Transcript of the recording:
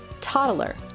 toddler